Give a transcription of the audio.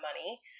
money